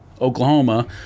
Oklahoma